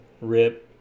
RIP